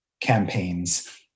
campaigns